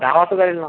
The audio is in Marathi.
दहा वाजता चालेल ना